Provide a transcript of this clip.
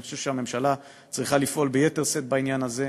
אני חושב שהממשלה צריכה לפעול ביתר שאת בעניין הזה,